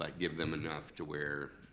like give them enough to where